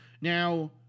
Now